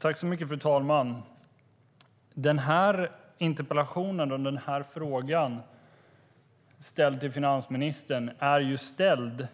Fru talman! Den här frågan till finansministern har ställts